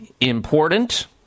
important